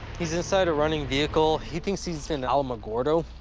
he's inside a running vehicle. he thinks he's in alamogordo,